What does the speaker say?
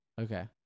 Okay